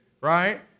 right